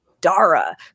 Dara